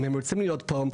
אם הם רוצים להיות פה.